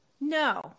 No